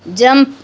jump